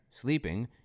sleeping